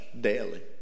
daily